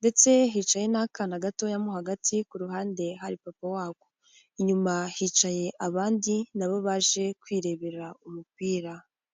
ndetse hicaye n'akana gatoya mo hagati ku ruhande hari papa wako, inyuma hicaye abandi nabo baje kwirebera umupira.